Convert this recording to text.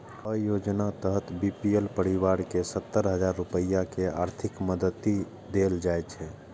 अय योजनाक तहत बी.पी.एल परिवार कें सत्तर हजार रुपैया के आर्थिक मदति देल जाइ छै